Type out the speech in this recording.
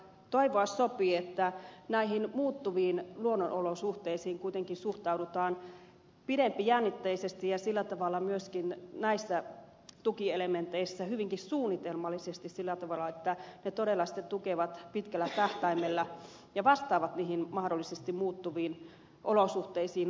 toivoa sopii että näihin muuttuviin luonnonolosuhteisiin kuitenkin suhtaudutaan pidempijännitteisesti ja myöskin näissä tukielementeissä hyvinkin suunnitelmallisesti sillä tavalla että ne todella sitten tukevat pitkällä tähtäimellä ja vastaavat niihin mahdollisesti muuttuviin olosuhteisiin oikealla tavalla